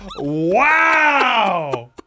Wow